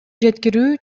жеткирүү